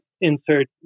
insert